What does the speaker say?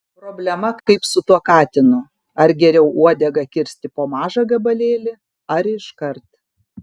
problema kaip su tuo katinu ar geriau uodegą kirsti po mažą gabalėlį ar iškart